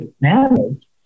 manage